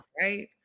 right